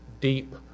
deep